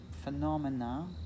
phenomena